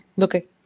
Okay